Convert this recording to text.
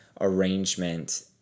arrangement